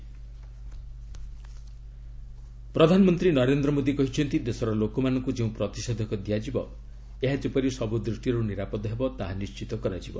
PM Covid vaccine ପ୍ରଧାନମନ୍ତ୍ରୀ ନରେନ୍ଦ୍ର ମୋଦୀ କହିଛନ୍ତି ଦେଶର ଲୋକମାନଙ୍କୁ ଯେଉଁ ପ୍ରତିଷେଧକ ଦିଆଯିବ ଏହା ଯେପରି ସବୁ ଦୃଷ୍ଟିରୁ ନିରାପଦ ହେବ ତାହା ନିର୍ଣିତ କରାଯିବ